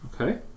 Okay